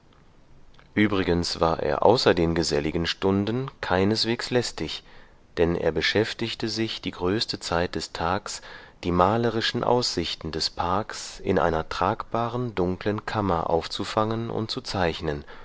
übrigens war er außer den geselligen stunden keineswegs lästig denn er beschäftigte sich die größte zeit des tags die malerischen aussichten des parks in einer tragbaren dunklen kammer aufzufangen und zu zeichnen